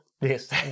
Yes